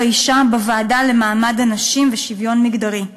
האישה בוועדה לקידום מעמד האישה ולשוויון מגדרי.